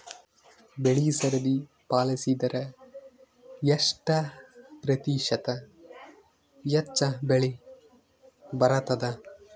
ಬೆಳಿ ಸರದಿ ಪಾಲಸಿದರ ಎಷ್ಟ ಪ್ರತಿಶತ ಹೆಚ್ಚ ಬೆಳಿ ಬರತದ?